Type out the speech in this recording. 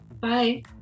bye